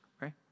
right